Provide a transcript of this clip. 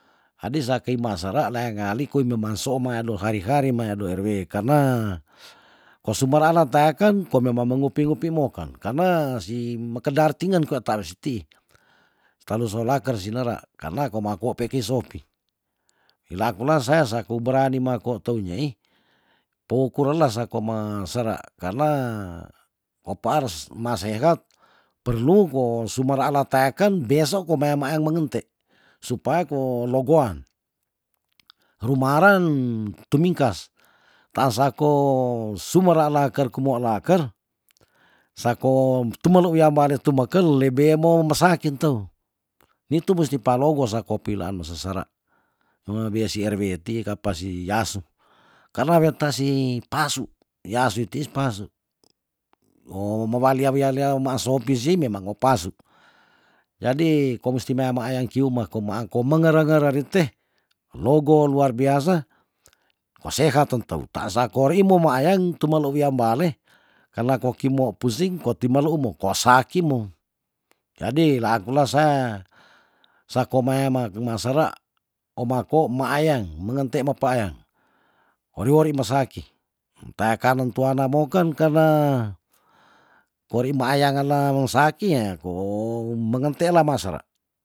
Adi sa kei maasara leangali koi mema so omaya do hari hari mea do rw karna ko sumera na teaken ko memang mo ngupi ngupi mo kan karna si meke dartingen kwa tear seti se talu so laker si lera karna ko ma akuo pe kei sopi wila kula saya sa kou berani ma kou teu nyei pou ku relas sako me sera karna ko paars masa hedok perlu kool sumara la taeken beso kwa meama meayang mengente supaya kwo logoan rumaran tumingkas taan sako sumera laker kumoo laker sako tumelu wiam bale tumekel lebe mou mesa akinteu nitu mesti pa logo sako peilaan masesera bia si rw ti ka apa si asu karna weta si pasu wi asu tiis pasu oh mewali iya wia la maa sopi si memang mo pasuk jadi ko musti mea maayang ki umah ko ma angko mengere ngere rinteh logo luar biasa ko sehat ten teu taasakori mo meaayang tumelu wiam bale karna kwa ki mo pusing kwa ti meluumo saki mo jadi laangkula sae sako meamak kemasera oma ko meaayang mengente mepeayang ori wori mesaki nteakan nen tuana moken kerne kori meayangela wong saki ya kou mengente lama sera